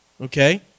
okay